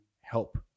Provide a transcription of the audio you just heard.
help